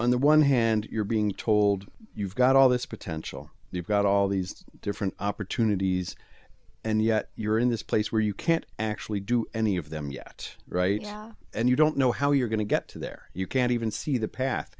on the one hand you're being told you've got all this potential you've got all these different opportunities and yet you're in this place where you can't actually do any of them yet right and you don't know how you're going to get to there you can't even see the path